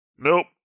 Nope